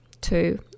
Two